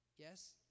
Yes